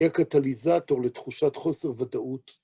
הקטליזטור לתחושת חוסר ודאות.